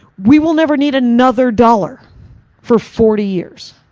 we will never need another dollar for forty years.